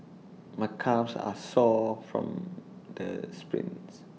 my calves are sore from the sprints